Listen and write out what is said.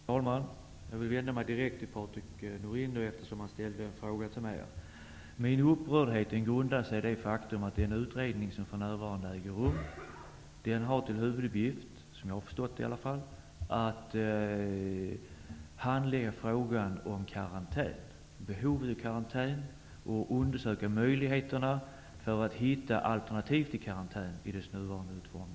Herr talman! Jag vill vända mig direkt till Patrik Norinder, eftersom han ställde en fråga till mig. Min upprördhet grundar sig på det faktum att den utredning som för närvarande arbetar, som jag har förstått det, har till huvuduppgift att handlägga frågan om behov av karantän och undersöka möjligheterna att finna alternativ till karantän i dess nuvarande former.